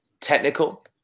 technical